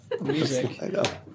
Music